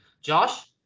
Josh